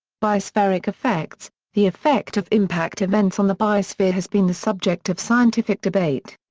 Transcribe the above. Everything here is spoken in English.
biospheric effects the effect of impact events on the biosphere has been the subject of scientific debate.